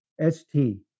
S-T